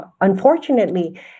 unfortunately